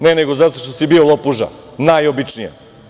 Ne, nego zato što si bio lopuža, najobičnija.